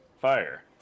fire